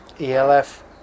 ELF